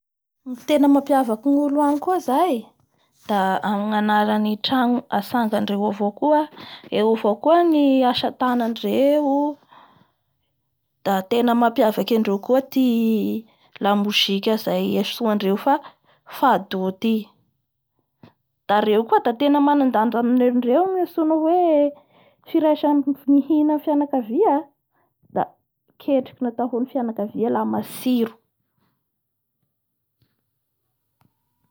Ny tena mampiavaky ny olo ao koa zay da amin'ny allan'ny tano antsngandreo avao koa da eo avao koa ny amin'ny lalan'ny asatanandreo da ten mampiavakay andreo vao koa ty lamozika izy antsoandreo fa FADO ity da reo koa da tena manandaja amine-dreo ny antsoina hoe firaisa nihina ny fianakavia